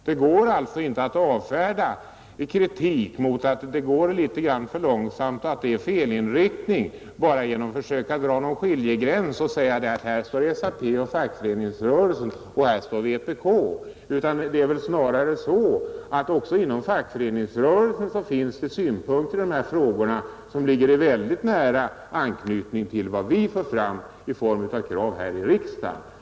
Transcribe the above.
Det går alltså inte att avfärda kritiken mot att reformer sker för långsamt och är felinriktade bara med att försöka dra en skiljelinje och säga: ”Här står SAP och fackföreningsrörelsen och här står vpk.” Det är väl snarare så att man också inom fackföreningsrörelsen har synpunkter på dessa frågor som nära anknyter till de krav som vi fört fram här i riksdagen.